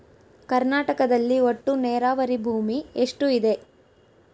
ಕರ್ನಾಟಕದಲ್ಲಿ ಒಟ್ಟು ನೇರಾವರಿ ಭೂಮಿ ಎಷ್ಟು ಇದೆ?